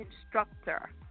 instructor